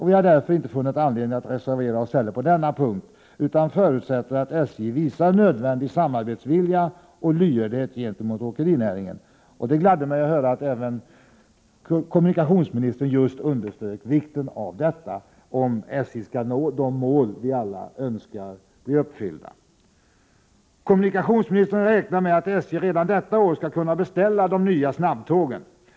Vi har därför inte funnit anledning att reservera oss heller på denna punkt utan förutsätter att SJ visar nödvändig samarbetsvilja och lyhördhet gentemot åkerinäringen. Det gladde mig att höra att även kommunikationsministern underströk vikten härav, om SJ skall nå de mål som vi alla önskar skall bli uppfyllda. Kommunikationsministern räknar med att SJ redan detta år skall kunna beställa de nya snabbtågen.